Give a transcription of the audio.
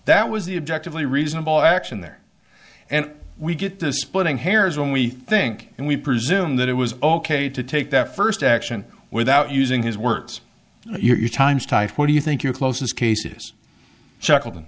that was the object of a reasonable action there and we get this splitting hairs when we think and we presume that it was ok to take that first action without using his words your times type what do you think you're close is cases shackle